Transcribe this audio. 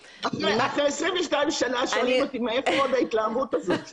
אחרי 22 שנים שואלים אותי מאיפה ההתלהבות הזאת.